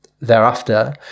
thereafter